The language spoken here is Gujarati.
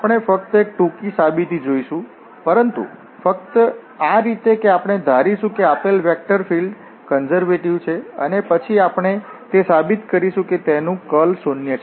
આપણે ફક્ત એક ટૂંકી સાબિતી જોઇશું પરંતુ ફક્ત આ રીતે કે આપણે ધારીશું કે આપેલ વેક્ટર ફીલ્ડ્ કન્ઝર્વેટિવ છે અને પછી આપણે તે સાબિત કરીશું કે તેનું કર્લ શૂન્ય છે